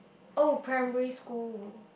oh primary school